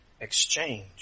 exchange